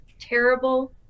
Terrible